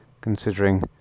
considering